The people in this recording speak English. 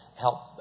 help